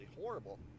horrible